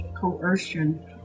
coercion